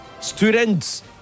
Students